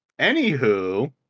anywho